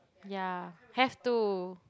ya have to